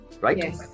right